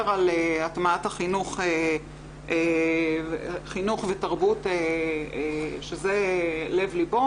על הטמעת חינוך ותרבות שזה לב ליבו.